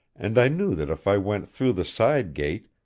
and i knew that if i went through the side gate,